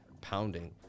pounding